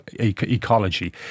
ecology